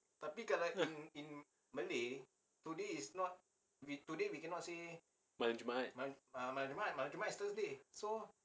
malam jumaat